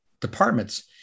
departments